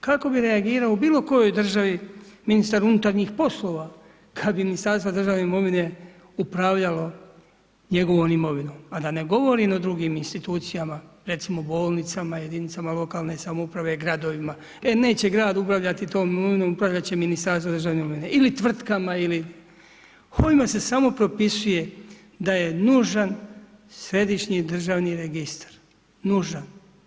Kako bi reagirao u bilo kojoj državi ministar unutarnjih poslova, kada bi Ministarstva državne imovine upravljalo njegovom imovinom, a da ne govorimo o drugim institucijama, recimo bolnicama, jedinice lokalne samouprave, gradovima, e neće grad upravljati tom imovinom, upravlja će Ministarstvo državne imovine, ili tvrtkama ili ovime se samo propisuje da je nužan središnji državi registar, nužan.